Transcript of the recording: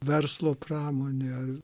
verslo pramonė ar